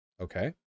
okay